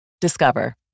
Discover